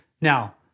Now